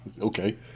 Okay